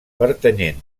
pertanyent